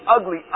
ugly